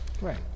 Right